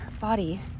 body